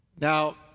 Now